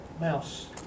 mouse